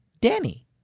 Danny